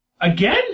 Again